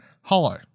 hello